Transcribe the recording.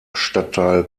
stadtteil